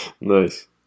Nice